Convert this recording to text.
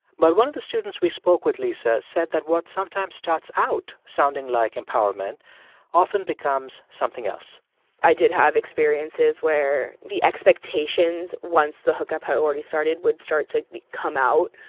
but one of the students we spoke with, lisa, said that what sometimes starts out sounding like empowerment often becomes something else i did have experiences where the expectations once the hookup had already started would start to come out,